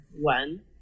one